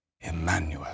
Emmanuel